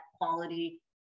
quality